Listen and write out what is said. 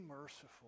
merciful